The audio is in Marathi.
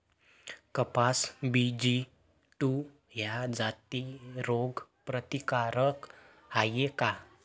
कपास बी.जी टू ह्या जाती रोग प्रतिकारक हाये का?